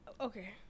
Okay